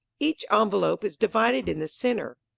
each envelope is divided in the center.